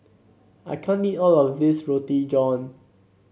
I can't eat all of this Roti John